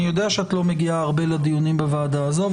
אני יודע שאת לא מגיעה הרבה לדיונים בוועדה הזו,